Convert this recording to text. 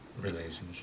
relationship